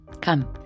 Come